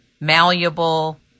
malleable